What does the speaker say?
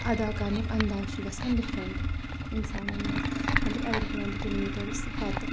اَدا کَرنُک اَنٛداز چھِ گَژھان ڈِفرَنٹ اِنسانن منٛز مطلب ایٚوری ٹُونٹی کِلوٗمیٖٹٲرٕس پَتہٕ